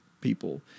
people